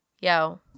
yo